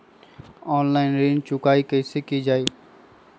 Online ऋण चुकाई कईसे की ञाई?